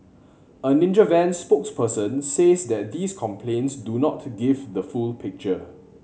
a Ninja Van spokesperson says that these complaints do not to give the full picture